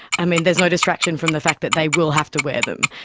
i mean, there's no distraction from the fact that they will have to wear them.